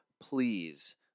please